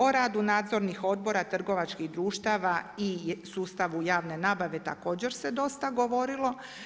O radu nadzornih odbora trgovačkih društava i sustavu javne nabave također se dosta govorilo.